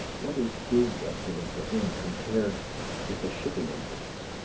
what is his destiny to him compared with the shipping interests?